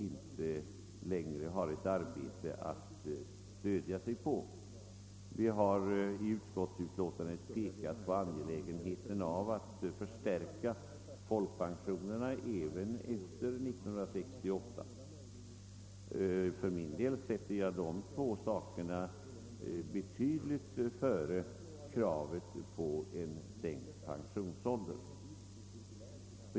I utlåtandet har vi pekat på en annan reform, nämligen att förstärka folkpensionerna även efter 1968. För min del sätter jag de två sakerna långt före kravet på en sänkning av pensionsåldern.